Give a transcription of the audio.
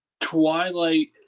Twilight